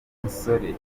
musore